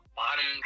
bottom